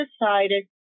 decided